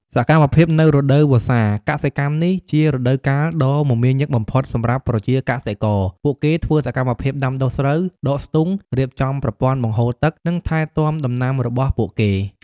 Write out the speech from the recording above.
សកម្មភាពនៅរដូវវស្សាកសិកម្ម នេះជារដូវកាលដ៏មមាញឹកបំផុតសម្រាប់ប្រជាកសិករ។ ពួកគេធ្វើសកម្មភាពដាំដុះស្រូវ ដកស្ទូង រៀបចំប្រព័ន្ធបង្ហូរទឹក និងថែទាំដំណាំរបស់ពួកគេ។